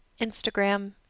Instagram